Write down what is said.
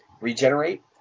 Regenerate